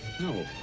No